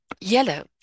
yellow